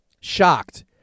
shocked